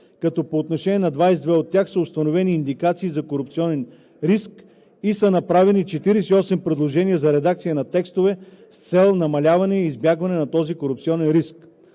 като по отношение на 22 от тях са установени индикации за корупционен риск и са направени 48 предложения за редакция на текстове с цел намаляване и избягване на този корупционен риск.